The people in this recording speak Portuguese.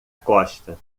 costa